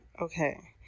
Okay